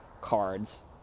cards